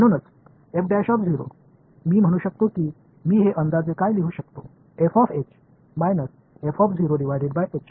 மாணவர் நான் என்று சொல்ல முடியும் இதை நான் தோராயமாக என்ன என்று எழுத முடியும்